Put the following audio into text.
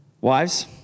Wives